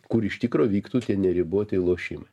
kur iš tikro vyktų tie neriboti lošimai